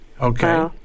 Okay